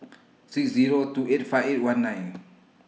six Zero two eight five eight one nine